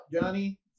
Johnny